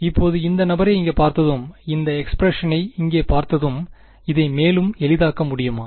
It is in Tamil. இப்போது இந்த நபரை இங்கே பார்த்ததும் இந்த எக்ஸ்பிரஷனை இங்கே பார்த்ததும் இதை மேலும் எளிதாக்க முடியுமா